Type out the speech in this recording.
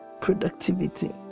productivity